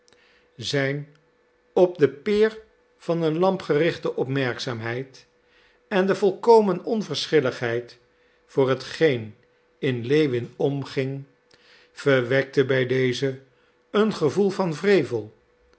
zijn op de peer van een lamp gerichte opmerkzaamheid en de volkomen onverschilligheid voor hetgeen in lewin omging verwekte bij dezen een gevoel van wrevel